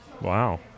Wow